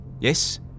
Yes